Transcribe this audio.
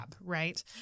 right